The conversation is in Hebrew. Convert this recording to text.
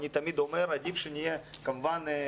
אני תמיד אומר שעדיף שנהיה מוכנים.